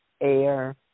air